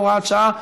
הוראת שעה),